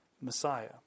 Messiah